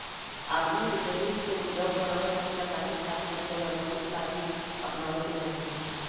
आदमी के जमीन के उपजाऊ बनावे खातिर रासायनिक खाद के जगह जैविक खाद ही अपनावे के चाही